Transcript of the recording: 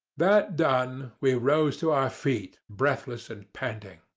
that done, we rose to our feet breathless and panting.